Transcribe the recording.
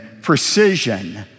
precision